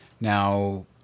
Now